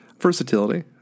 Versatility